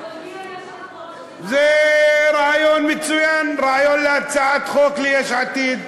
זה רעיון מצוין, רעיון להצעת חוק ליש עתיד.